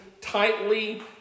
tightly